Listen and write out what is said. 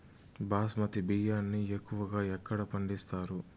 బాస్మతి బియ్యాన్ని ఎక్కువగా ఎక్కడ పండిస్తారు?